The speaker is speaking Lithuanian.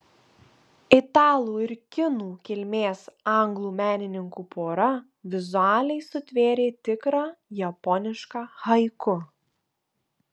italų ir kinų kilmės anglų menininkų pora vizualiai sutvėrė tikrą japonišką haiku